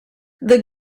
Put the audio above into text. the